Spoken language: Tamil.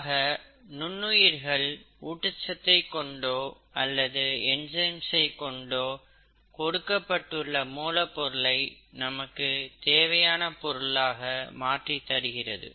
ஆக நுண்ணுயிர்கள் ஊட்டச்சத்தை கொண்டோ அல்லது என்சைம்ஸ் கொண்டோ கொடுக்கப்பட்டுள்ள மூலப்பொருளை நமக்கு தேவையான பொருளாக மாற்றி தருகிறது